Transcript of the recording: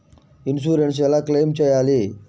Insurance ఎలా claim చేయాలి?